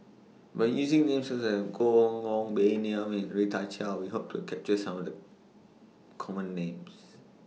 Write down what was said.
By using Names such as Koh Nguang Baey Yam Rita Chao We Hope to capture Some of The Common Names